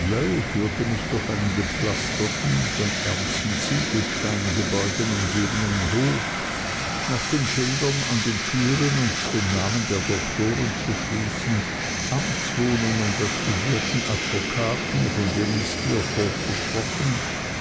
führte mich durch einen gepflasterten von ernsten ziegelsteingebäuden umgebenen hof nach den schildern an den türen und den namen der doktoren zu schließen amtswohnungen der studierten advokaten von denen steerforth gesprochen